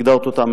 כפי שהגדרת אותם,